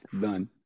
Done